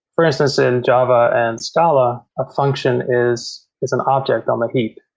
for instance, in java and scala, a function is is an object on the heap,